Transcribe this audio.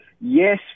yes